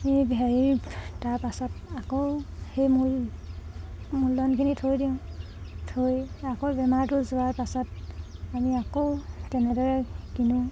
হেৰি তাৰপাছত আকৌ সেই মূল মূলধনখিনি থৈ দিওঁ থৈ আকৌ বেমাৰটো যোৱাৰ পাছত আমি আকৌ তেনেদৰে কিনোঁ